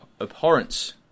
abhorrence